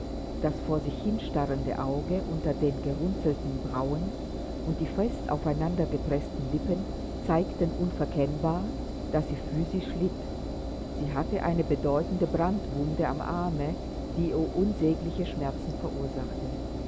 das vor sich hinstarrende auge unter den gerunzelten brauen und die fest aufeinander gepreßten lippen zeigten unverkennbar daß sie physisch litt sie hatte eine bedeutende brandwunde am arme die ihr unsägliche schmerzen verursachte